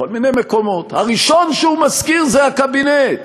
כל מיני מקומות, הראשון שהוא מזכיר זה הקבינט,